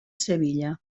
sevilla